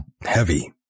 heavy